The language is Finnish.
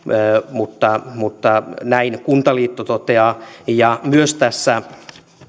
mutta mutta näin kuntaliitto toteaa myös tässä